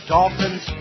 Dolphins